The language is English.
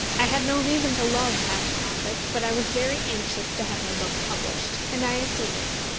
i had no reason to love half profits, but i was very anxious to have my book published, and i acceded.